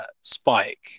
spike